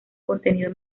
contenido